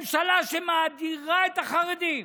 ממשלה שמאדירה את החרדים.